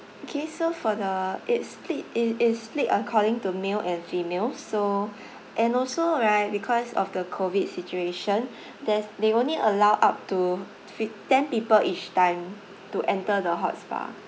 okay so for the it's split it it's split according to male and female so and also right because of the COVID situation there's they only allow up to fif~ ten people each time to enter the hot spa